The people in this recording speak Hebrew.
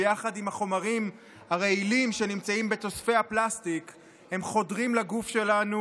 ויחד עם החומרים הרעילים הנמצאים בתוספי הפלסטיק הם חודרים לגוף שלנו.